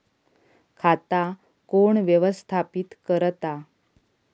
खाता कोण व्यवस्थापित करता?